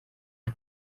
nte